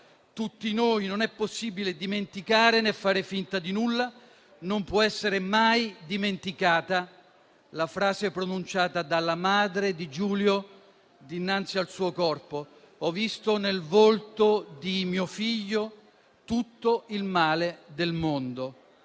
tutti noi e non è possibile dimenticare né fare finta di nulla. Non può essere mai dimenticata la frase pronunciata dalla madre di Giulio dinanzi al suo corpo: «Sul volto di mio figlio ho visto tutto il male del mondo».